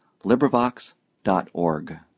LibriVox.org